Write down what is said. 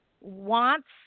wants